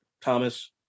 Thomas